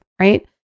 right